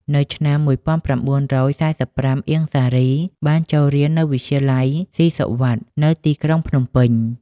នៅឆ្នាំ១៩៤៥ អៀង សារី បានចូលរៀននៅវិទ្យាល័យស៊ីសុវត្ថិ នៅទីក្រុងភ្នំពេញ។